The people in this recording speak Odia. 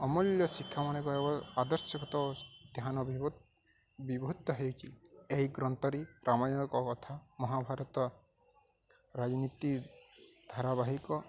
ଅମୂଲ୍ୟ ଶିକ୍ଷା ଆଦର୍ଶକତ ଧ୍ୟାନ ହେଇଛି ଏହି ଗ୍ରନ୍ଥରେ ରାମାୟଣଙ୍କ କଥା ମହାଭାରତ ରାଜନୀତି ଧାରାବାହିକ